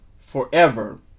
forever